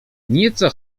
nieco